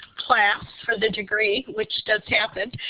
class for the degree which does happen